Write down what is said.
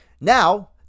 now